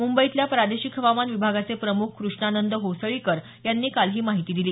मुंबईतल्या प्रादेशिक हवामान विभागाचे प्रमुख कृष्णानंद होसळीकर यांनी काल ही माहिती दिली